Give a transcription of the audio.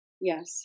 Yes